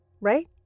Right